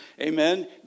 amen